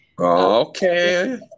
Okay